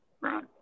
right